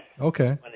Okay